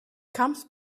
comes